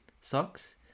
socks